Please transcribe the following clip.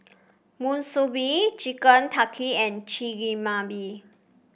Monsunabe Chicken Tikka and Chigenabe